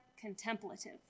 contemplative